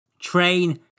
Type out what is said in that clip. train